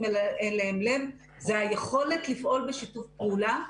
אליהם לב זה היכולת לפעול בשיתוף פעולה,